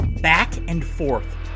back-and-forth